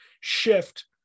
shift